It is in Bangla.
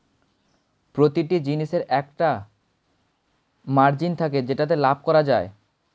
প্রতিটি জিনিসের একটা মার্জিন থাকে যেটাতে লাভ করা যায়